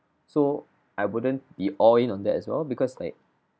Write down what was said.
so I wouldn't be all in on that as well because like